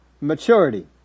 maturity